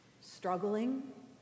struggling